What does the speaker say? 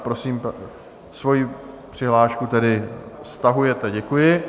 Prosím... svoji přihlášku tedy stahujete, děkuji.